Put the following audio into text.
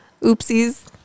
oopsies